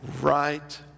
right